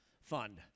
fund